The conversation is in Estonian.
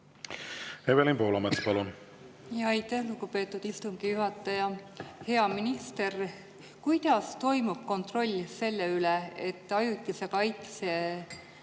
Evelin Poolamets, palun! Aitäh, lugupeetud istungi juhataja! Hea minister! Kuidas toimub kontroll selle üle, et ajutise kaitse